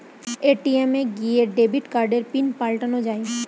ATM এ গিয়ে debit কার্ডের পিন পাল্টানো যায়